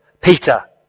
Peter